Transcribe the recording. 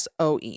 SOE